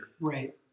Right